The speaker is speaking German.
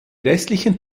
restlichen